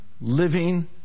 living